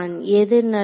எது நல்லது